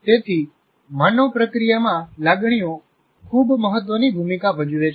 તેથી માનવ પ્રક્રિયામાં લાગણીઓ ખૂબ મહત્વની ભૂમિકા ભજવે છે